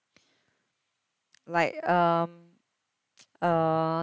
like um uh